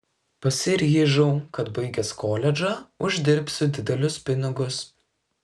pasiryžau kad baigęs koledžą uždirbsiu didelius pinigus